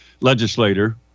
legislator